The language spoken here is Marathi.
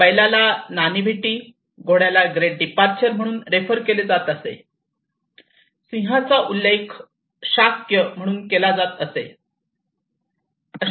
बैलाला नाटिव्हिटी घोड्याला ग्रेट डिपार्चर म्हणून रेफर केले जात असे सिंहाचा उल्लेख शाक्य म्हणून केला जातो